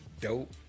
Dope